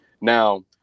Now